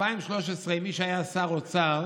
ב-2013 מי שהיה שר אוצר